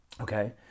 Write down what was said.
Okay